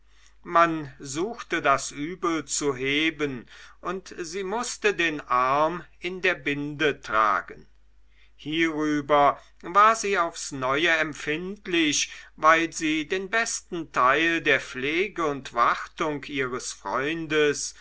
man suchte das übel zu heben und sie mußte den arm in der binde tragen hierüber war sie aufs neue empfindlich weil sie den besten teil der pflege und wartung ihres freundes